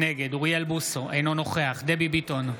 נגד אוריאל בוסו, אינו נוכח דבי ביטון,